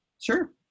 Sure